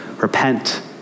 repent